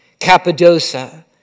Cappadocia